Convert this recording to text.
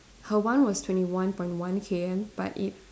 her one was twenty one point one K_M but it